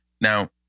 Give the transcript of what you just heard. Now